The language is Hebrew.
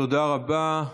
תודה רבה.